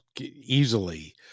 easily